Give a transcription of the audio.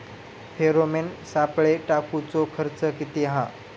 Pheromone सापळे टाकूचो खर्च किती हा?